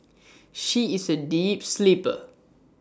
she is A deep sleeper